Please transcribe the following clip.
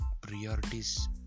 priorities